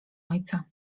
ojca